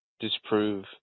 disprove